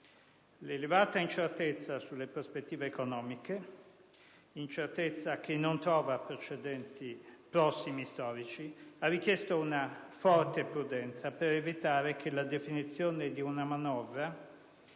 L'elevata incertezza sulle prospettive economiche, incertezza che non trova precedenti prossimi storici, ha richiesto una forte prudenza per evitare che la definizione di una manovra